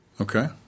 Okay